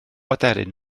aderyn